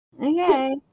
Okay